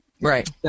Right